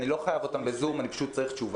אני לא חייב אותם בזום, אני פשוט צריך תשובה.